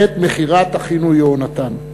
חטא מכירת אחינו יהונתן.